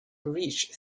reached